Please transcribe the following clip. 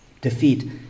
Defeat